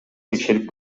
текшерип